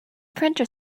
printer